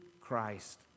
Christ